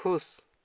खुश